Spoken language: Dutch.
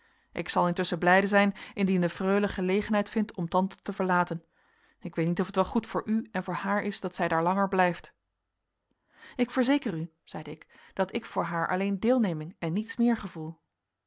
ik zal intusschen blijde zijn indien de freule gelegenheid vindt om tante te verlaten ik weet niet of het wel goed voor u en voor haar is dat zij daar langer blijft ik verzeker u zeide ik dat ik voor haar alleen deelneming en niets meer gevoel